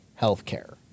healthcare